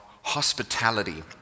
hospitality